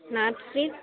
north street